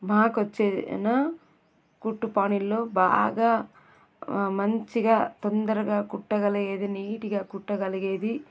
మాకొచ్చేనా కుట్టు పనీల్లో బాగా మంచిగా తొందరగా కుట్టగలిగేది నీట్గా కుట్టగలిగేది